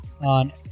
on